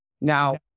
Now